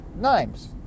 names